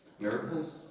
miracles